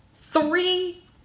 three